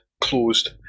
closed